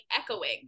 echoing